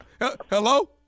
Hello